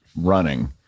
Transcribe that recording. running